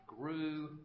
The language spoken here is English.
grew